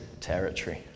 territory